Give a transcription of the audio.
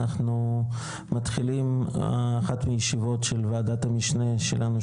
אנחנו מתחילים אחת מישיבות של וועדת המשנה שלנו,